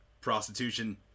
prostitution